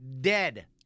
dead